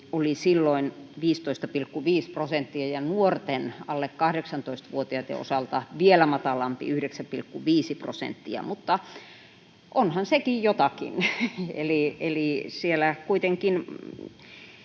oli silloin 15,5 prosenttia ja alle 18-vuotiaiden nuorten osalta vielä matalampi, 9,5 prosenttia. Mutta onhan sekin jotakin, eli silloin kuitenkin